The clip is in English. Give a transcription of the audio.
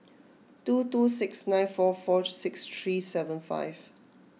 two two six nine four four six three seven five